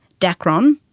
dacron,